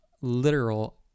literal